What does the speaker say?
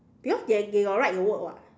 because they they got write the word [what]